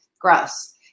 gross